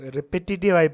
Repetitive